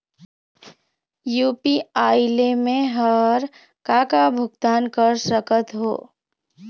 UPI ले मे हर का का भुगतान कर सकत हो?